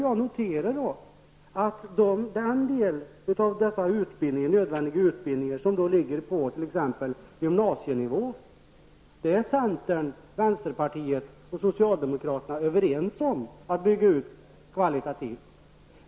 Jag noterar att den del av denna nödvändiga utbildning som ligger på gymnasienivå är centern, vänsterpartiet och socialdemokraterna överens om att bygga ut kvalitativt.